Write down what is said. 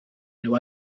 nhw